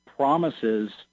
Promises